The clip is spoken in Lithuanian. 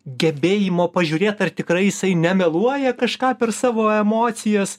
gebėjimo pažiūrėt ar tikrai jisai nemeluoja kažką per savo emocijas